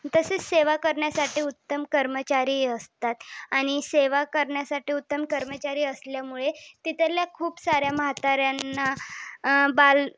तसेच सेवा करण्यासाठी उत्तम कर्मचारीही असतात आणि सेवा करण्यासाठी उत्तम कर्मचारी असल्यामुळे तिथल्या खूप साऱ्या म्हाताऱ्यांना बाल